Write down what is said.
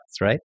right